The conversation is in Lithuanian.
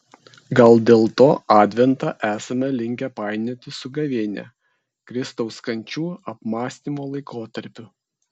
gal dėl to adventą esame linkę painioti su gavėnia kristaus kančių apmąstymo laikotarpiu